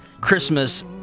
Christmas